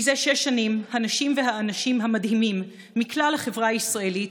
מזה שש שנים הנשים והאנשים המדהימים מכלל החברה הישראלית,